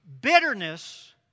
Bitterness